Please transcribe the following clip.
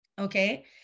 okay